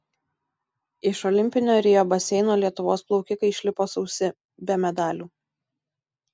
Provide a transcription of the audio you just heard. iš olimpinio rio baseino lietuvos plaukikai išlipo sausi be medalių